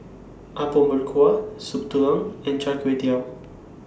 Apom Berkuah Soup Tulang and Char Kway Teow